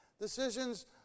decisions